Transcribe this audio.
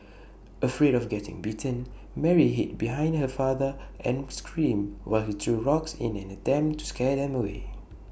afraid of getting bitten Mary hid behind her father and scream while he threw rocks in an attempt to scare them away